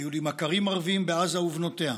היו לי מכרים ערבים בעזה ובנותיה.